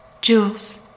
Jules